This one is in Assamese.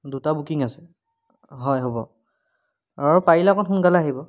দুটা বুকিং আছে হয় হ'ব আৰু পাৰিলে অকণ সোনকালে আহিব